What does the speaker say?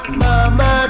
mama